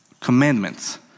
commandments